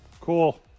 Cool